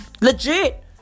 Legit